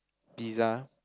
pizza